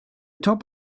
top